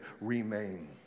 Remain